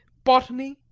botany,